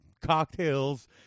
cocktails